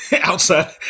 outside